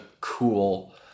cool